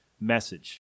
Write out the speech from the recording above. message